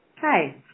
Hi